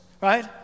right